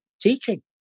teaching